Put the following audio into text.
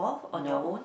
no